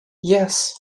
yes